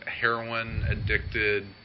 heroin-addicted